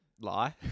Lie